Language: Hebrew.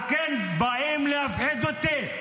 על כן, באים להפחיד אותי,